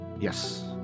Yes